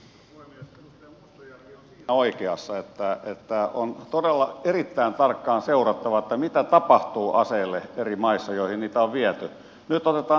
edustaja mustajärvi on siinä oikeassa että on todella erittäin tarkkaan seurattava mitä tapahtuu aseille eri maissa joihin niitä on viety